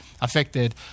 affected